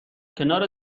کنار